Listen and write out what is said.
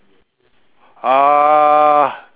ah